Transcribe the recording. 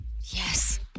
Yes